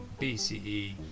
BCE